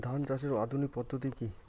ধান চাষের আধুনিক পদ্ধতি কি?